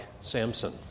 Samson